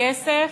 כסף,